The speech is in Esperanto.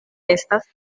estas